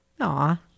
Aw